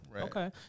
okay